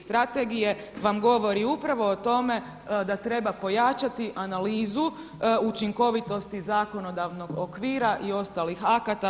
Strategije vam govori upravo o tome da treba pojačati analizu učinkovitosti zakonodavnog okvira i ostalih akata.